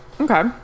Okay